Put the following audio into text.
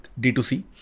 D2C